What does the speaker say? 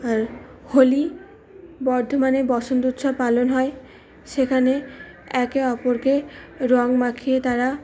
আর হোলি বর্ধমানে বসন্ত উৎসব পালন হয় সেখানে একে অপরকে রঙ মাখিয়ে তারা